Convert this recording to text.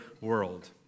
world